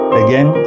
again